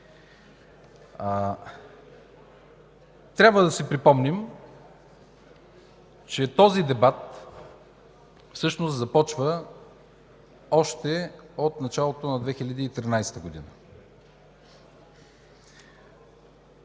Трябва да си припомним, че този дебат започва още от началото на 2013 г.